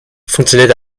funktioniert